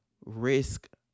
risk